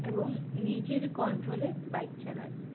এবং নিজের কন্ট্রোলে বাইক চালান